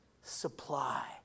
supply